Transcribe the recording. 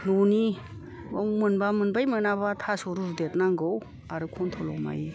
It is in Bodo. न'नि मोनबा मोनबाय मोनाबा थास' रुदेरनांगौ आरो खनथ्रल मायो